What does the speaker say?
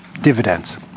dividends